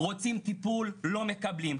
רוצים טיפול לא מקבלים,